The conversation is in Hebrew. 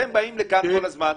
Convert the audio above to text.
אתם באים לכאן כל הזמן,